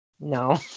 No